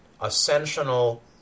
Ascensional